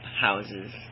houses